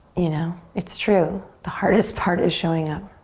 you know, it's true, the hardest part is showing up.